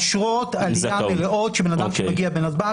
אשרות עלייה מלאות שבן אדם שמגיע בנתב"ג,